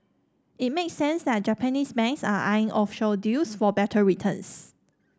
it makes sense that Japanese banks are eyeing offshore deals for better returns